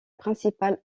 principale